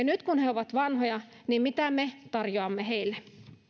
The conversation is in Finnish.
nyt kun he ovat vanhoja mitä me tarjoamme heille